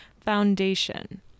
foundation